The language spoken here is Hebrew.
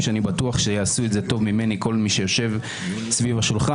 ואני בטוח שיעשה את זה טוב ממני כל מי שיושב סביב השולחן,